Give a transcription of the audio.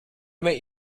meet